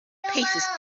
paces